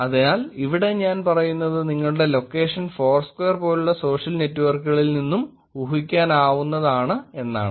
അതിനാൽ ഇവിടെ ഞാൻ പറയുന്നത് നിങ്ങളുടെ ലൊക്കേഷൻ ഫോർസ്ക്വയർ പോലുള്ള സോഷ്യൽ നെറ്റ്വർക്കുകളിൽ നിന്നും ഊഹിക്കാവുന്നതാണ് എന്നാണ്